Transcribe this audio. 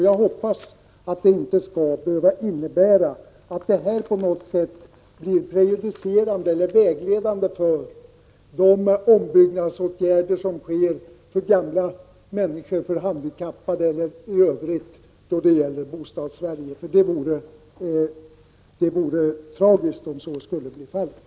Jag hoppas att det inte innebär att detta på något sätt skulle bli prejudicerande för de ombyggnadsåtgärder som vidtas för gamla människor, för handikappade eller för Bostadssverige i övrigt. Det vore tragiskt om så skulle bli fallet.